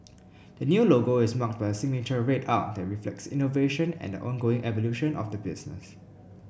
the new logo is marked by a signature red arc that reflects innovation and the ongoing evolution of the business